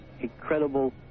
incredible